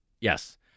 Yes